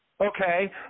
okay